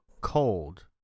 cold